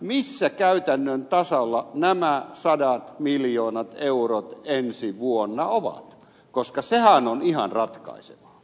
missä käytännön tasolla nämä sadat miljoonat eurot ensi vuonna ovat koska sehän on ihan ratkaisevaa